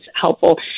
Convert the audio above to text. helpful